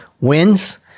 wins